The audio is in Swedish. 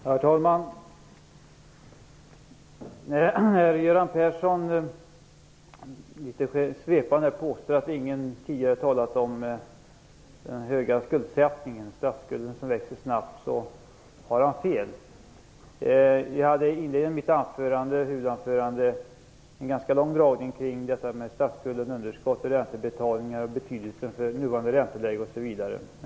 Herr talman! Göran Persson påstår litet svepande här att ingen tidigare har talat om den höga skuldsättningen, om statsskulden som växer snabbt. Men han har fel. Jag uppehöll mig i inledningen av mitt huvudanförande ganska mycket vid statsskulden, underskotten, räntebetalningarna, betydelsen för det nuvarande ränteläget osv.